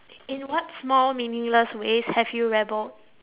in what small meaningless ways have you rebelled